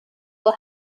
will